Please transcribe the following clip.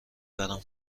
برم